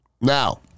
Now